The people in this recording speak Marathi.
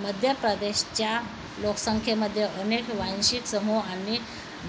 मध्य प्रदेशच्या लोकसंख्येमध्ये अनेक वांशिक समूह आणि